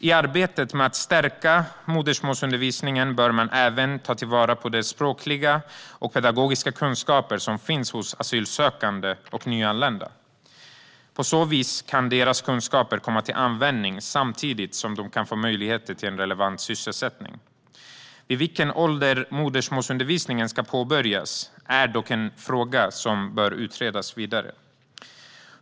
I arbetet med att stärka modersmålsundervisningen bör man även ta till vara de språkliga och pedagogiska kunskaper som finns hos asylsökande och nyanlända. På så vis kan deras kunskaper komma till användning, samtidigt som de kan få möjligheter till relevant sysselsättning. Vid vilken ålder modersmålsundervisningen ska påbörjas är dock en fråga som bör utredas vidare.